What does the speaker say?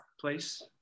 place